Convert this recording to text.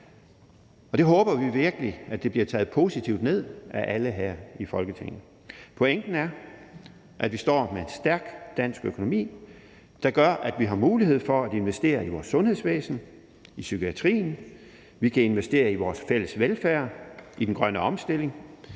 og det håber vi virkelig bliver taget positivt ned af alle her i Folketinget. Pointen er, at vi står med en stærk dansk økonomi, der gør, at vi har mulighed for at investere i vores sundhedsvæsen, i psykiatrien; vi kan investere i vores fælles velfærd, i den grønne omstilling;